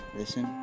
listen